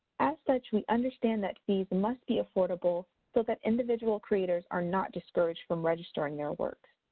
as such, we understand that these must be affordable so that individual creators are not discouraged from registering their work.